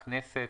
הכנסת,